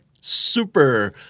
super